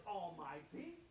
almighty